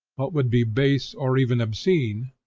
what would be base, or even obscene,